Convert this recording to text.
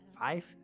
five